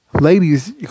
ladies